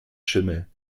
schimmel